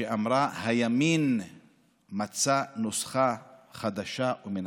שאמרה שהימין מצא נוסחה חדשה ומנצחת: